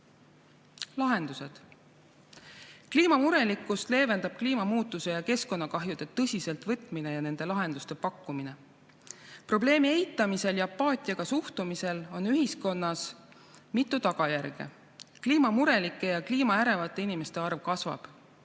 Lahendused. Kliimamurelikkust leevendab kliimamuutuse ja keskkonnakahjude tõsiselt võtmine ja nende lahenduste pakkumine. Probleemi eitamisel ja sellesse apaatiaga suhtumisel on ühiskonnas mitu tagajärge. Kliimamurelike ja kliimaärevate inimeste arv kasvab,